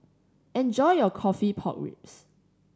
enjoy your coffee pork ribs